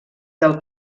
del